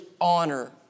honor